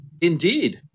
Indeed